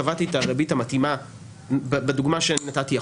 קבעתי את הריבית המתאימה - בדוגמה שנתתי,